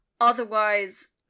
otherwise